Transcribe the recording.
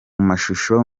mashusho